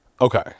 Okay